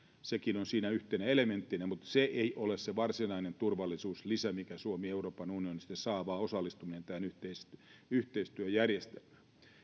tämäkin on siinä yhtenä elementtinä mutta se ei ole se varsinainen turvallisuuslisä minkä suomi euroopan unionista saa vaan osallistuminen tähän yhteistyöjärjestelmään